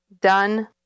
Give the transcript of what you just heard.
done